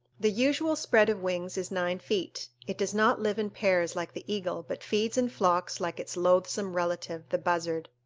the usual spread of wings is nine feet. it does not live in pairs like the eagle, but feeds in flocks like its loathsome relative, the buzzard.